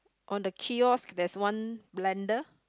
on the kiosk there is one blender